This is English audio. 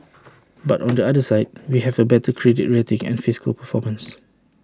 but on the other side we have A better credit rating and fiscal performance